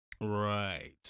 Right